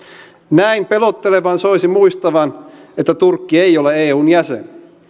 näin pelottelevan soisi muistavan että turkki ei ole eun jäsen